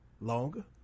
Longer